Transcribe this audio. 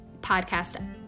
podcast